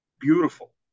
Beautiful